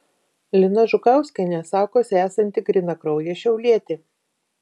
lina žukauskienė sakosi esanti grynakraujė šiaulietė